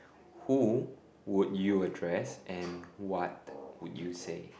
who would you address and what would you say